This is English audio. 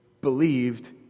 believed